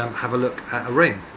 have a look ah